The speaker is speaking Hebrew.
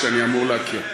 הדיפלומטיה, שאני אמור להכיר.